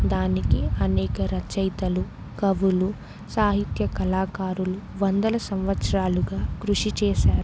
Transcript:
దానికి అనేక రచయితలు కవులు సాహిత్య కళాకారులు వందల సంవత్సరాలుగా కృషి చేశారు